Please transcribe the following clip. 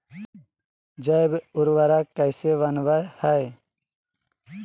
जैव उर्वरक कैसे वनवय हैय?